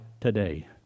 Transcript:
today